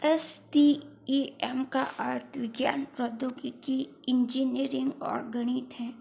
S T E M का अर्थ विज्ञान प्रौद्योगिकी इंजीनियरिंग और गणित है